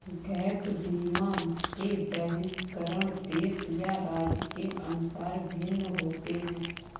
gap बीमा के बहिष्करण देश या राज्य के अनुसार भिन्न होते हैं